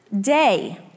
day